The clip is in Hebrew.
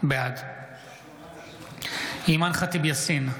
בעד אימאן ח'טיב יאסין,